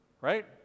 right